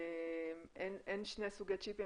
אין שני סוגי צ'יפים,